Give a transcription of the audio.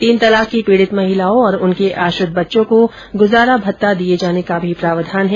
तीन तलाक की पीडित महिलाओं और उनके आश्रित बच्चों को गुजारा भत्ता दिए जाने का भी प्रावधान है